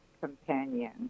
companion